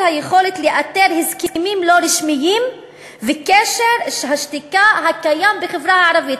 היכולת לאתר הסכמים לא רשמיים וקשר השתיקה הקיים בחברה הערבית.